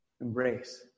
embrace